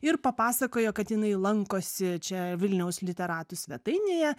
ir papasakojo kad jinai lankosi čia vilniaus literatų svetainėje